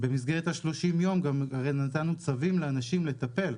במסגרת ה-30 יום, הרי נתנו צווים לאנשים לטפל.